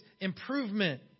improvement